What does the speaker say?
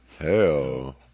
Hell